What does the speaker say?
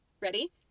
Ready